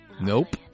Nope